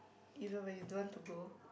even when you don't want to go